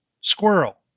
squirrel